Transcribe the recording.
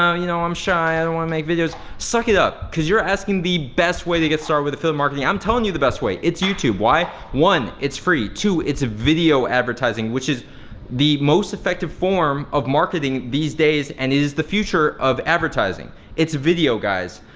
you know i'm shy, i don't wanna make videos. suck it up, cause you're asking the best way to get started with affiliate marketing. i'm telling you the best way, it's youtube, why? one, it's free, two, it's a video advertising, which is the most effective form of marketing these days and it is the future of advertising. it's video guys.